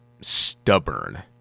stubborn